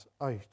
out